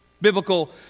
Biblical